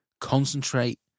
concentrate